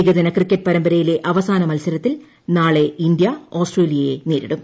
ഏകദിന ക്രിക്കറ്റ് പരമ്പരയിലെ അവസാന മത്സരത്തിൽ നാളെ ഇന്ത്യ ഓസ്ട്രേലിയയെ നേരിടും